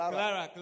Clara